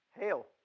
Hail